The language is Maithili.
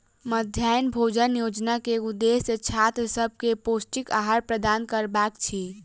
मध्याह्न भोजन योजना के उदेश्य छात्र सभ के पौष्टिक आहार प्रदान करबाक अछि